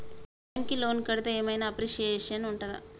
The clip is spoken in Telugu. టైమ్ కి లోన్ కడ్తే ఏం ఐనా అప్రిషియేషన్ ఉంటదా?